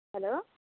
hello